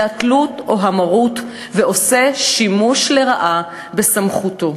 התלות או המרות ועושה שימוש לרעה בסמכותו.